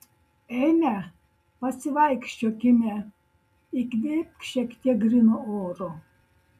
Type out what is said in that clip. eime pasivaikščiokime įkvėpk šiek tiek gryno oro